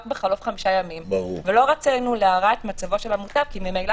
בחלוף חמישה ימים ולא רצינו להרע את מצבו של המוטב כי ממילא